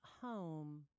home